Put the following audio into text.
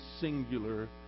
singular